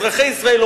אזרחי ישראל,